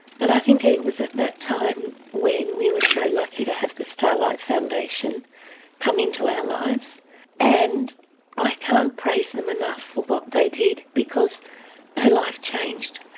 but i think it it was at that time when we were so lucky to have the starlight foundation come into our lives and i can't praise them enough for what they did because her life changed.